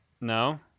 No